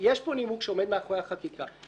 יש פה נימוק שעומד מאחורי החקיקה,